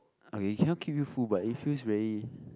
okay it cannot keep you full but it feels very